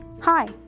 hi